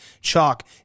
chalk